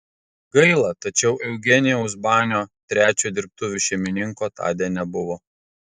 gaila tačiau eugenijaus banio trečiojo dirbtuvių šeimininko tądien nebuvo